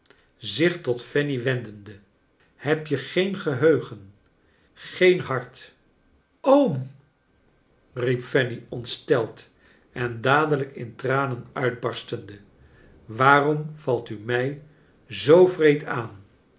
zich tot fanny wendende heb je geen geheugen geen hart oom i riep fanny ontsteld en dadelijk in tranen uitbarstende waarom valt u mij zoo wreed aan